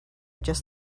just